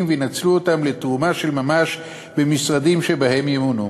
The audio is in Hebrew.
וינצלו אותם לתרומה של ממש במשרדים שבהם ימונו.